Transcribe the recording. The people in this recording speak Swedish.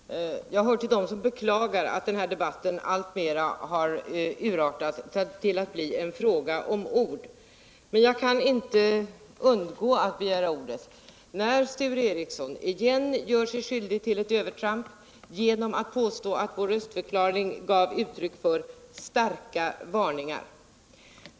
Herr talman! Jag hör till dem som beklagar att denna debatt alltmer har urartat till att bli en fråga om ord. Men jag kunde inte undgå att begära ordet när Sture Ericson åter gör sig skyldig till ett övertramp genom att påstå att vår röstförklaring gav uttryck för starka varningar.